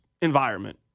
environment